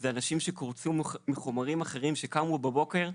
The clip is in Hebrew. אלה אנשים שקורצו מחומרים אחרים שקמו בבוקר ואמרו: